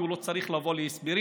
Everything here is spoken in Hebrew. כי הוא לא צריך לבוא בהסברים,